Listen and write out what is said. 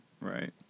Right